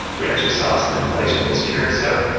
we actually saw some inflation this year, so